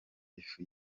ifu